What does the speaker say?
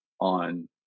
on